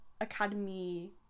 Academy